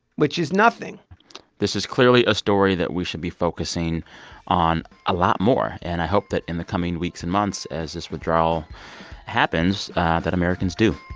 which is nothing this is clearly a story that we should be focusing on a lot more. and i hope that in the coming weeks and months, as this withdrawal happens that americans do.